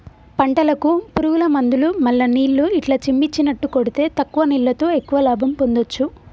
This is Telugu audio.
పంటలకు పురుగుల మందులు మల్ల నీళ్లు ఇట్లా చిమ్మిచినట్టు కొడితే తక్కువ నీళ్లతో ఎక్కువ లాభం పొందొచ్చు